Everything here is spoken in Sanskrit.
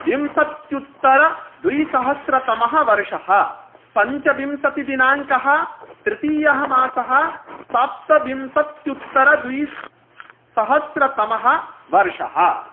विंशत्युत्तरद्विसहस्रतमवर्षः पञ्चविंशतिदिनाङ्कः तृतीयः मासः सप्तविंशत्युत्तरद्विसहस्रतमवर्षः